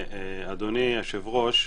אדוני היושב ראש,